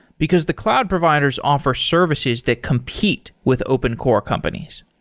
because the cloud providers offer services that compete with open core companies.